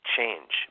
Change